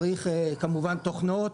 צריך כמובן תוכנות.